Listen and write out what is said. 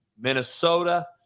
Minnesota